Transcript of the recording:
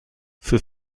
für